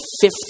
fifth